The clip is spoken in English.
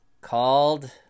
called